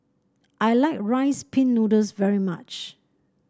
I like Rice Pin Noodles very much